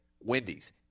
Wendy's